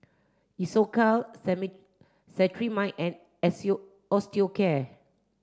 Isocal Cetrimide and Osteocare